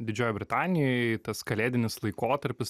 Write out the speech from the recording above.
didžiojoj britanijoj tas kalėdinis laikotarpis